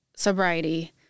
Sobriety